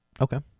Okay